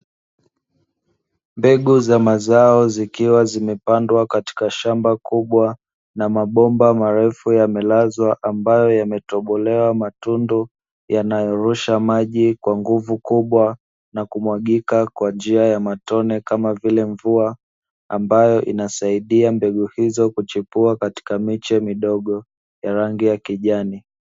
Mbegu za mazao zikiwa zimepandwa katika shamba kubwa na mabomba marefu yamelazwa ambayo yametobolewa matundu, yanayorusha maji kwa nguvu kubwa na kumwangika kwa njia ya matone kama vile mvua, ambayo inasaidia mbegu hizo kuchipua katika miche midogo ya rangi ya kijani.